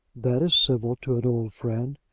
that is civil to an old friend.